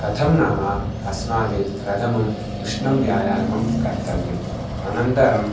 कथं नाम अस्माभिः प्रथमम् उष्णव्यायामः कर्तव्यः अनन्तरं